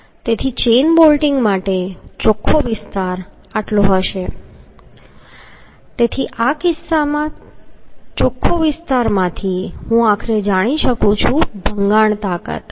તેથી chain bolting માટે ચોખ્ખો વિસ્તાર આટલો હશે તેથી આ ચોખ્ખા વિસ્તારમાંથી હું આખરે જાણી શકું છું કે ભંગાણ તાકાત